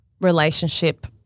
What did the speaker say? relationship